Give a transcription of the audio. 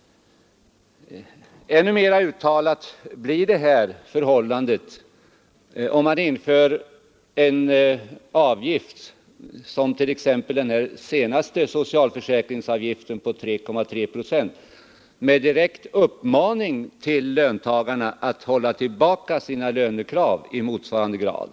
Ännu mer uttalat blir detta förhållande genom exempelvis den senaste socialförsäkringsavgiften på 3,3 procent med direkt uppmaning till löntagarna att hålla tillbaka sina lönekrav i motsvarande grad.